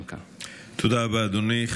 תודה רבה, אדוני.